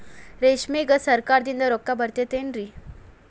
ರೇಷ್ಮೆಗೆ ಸರಕಾರದಿಂದ ರೊಕ್ಕ ಬರತೈತೇನ್ರಿ?